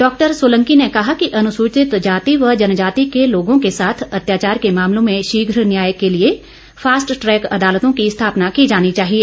doctor Solanki ने कहा कि अनुसूचित जाति व जनजाति के लोगों के साथ अत्याचार के मामलों में शीघ्र न्याय के लिए फास्ट ट्रेक अदालतों की स्थापना की जानी चाहिए